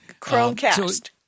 Chromecast